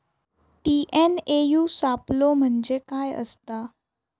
TNAU सापलो म्हणजे काय असतां?